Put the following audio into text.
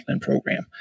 program